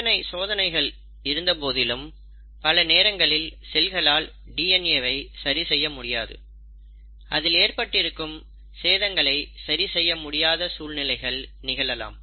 இத்தனை சோதனைகள் இருந்த போதிலும் பல நேரங்களில் செல்களால் டிஎன்ஏ வை சரி செய்ய முடியாது அதில் ஏற்பட்டிருக்கும் சேதங்களை சரி செய்ய முடியாத சூழ்நிலைகள் நிகழலாம்